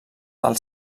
del